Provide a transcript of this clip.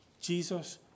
Jesus